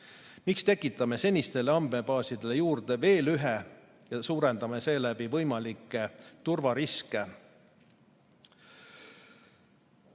Miks me tekitame senistele andmebaasidele juurde veel ühe ja suurendame seeläbi võimalikke turvariske?